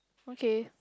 okay